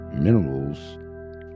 minerals